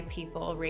People